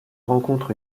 rencontre